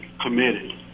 committed